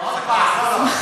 עוד פעם.